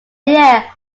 year